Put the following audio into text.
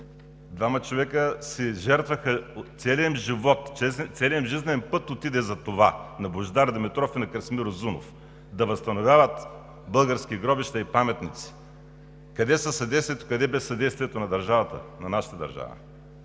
Двама човека жертваха целия си живот, целият им жизнен път отиде за това – на Божидар Димитров и на Красимир Узунов, да възстановяват български гробища и паметници, къде със съдействието, къде без съдействието на нашата държава.